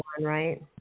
right